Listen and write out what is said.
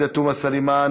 עאידה תומא סלימאן,